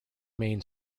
main